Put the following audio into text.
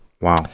wow